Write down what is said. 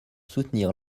soutenir